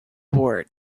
board